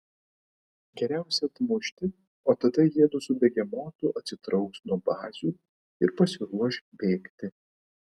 geriausia atmušti o tada jiedu su begemotu atsitrauks nuo bazių ir pasiruoš bėgti